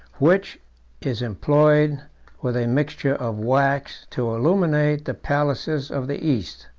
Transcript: which is employed with a mixture of wax to illuminate the palaces of the east.